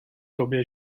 tobě